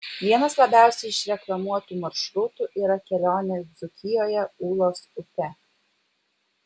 vienas labiausiai išreklamuotų maršrutų yra kelionė dzūkijoje ūlos upe